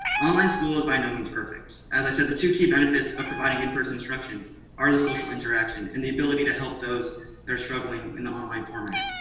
online school is by no means perfect. as i said, the two key benefits of providing in-person instruction are the social interaction and the ability to help those that are struggling in the online format.